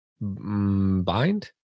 bind